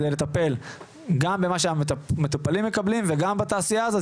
על מנת לטפל גם במה שהמטופלים מקבלים וגם בתעשייה הזאת,